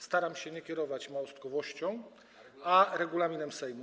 Staram się nie kierować małostkowością, ale regulaminem Sejmu.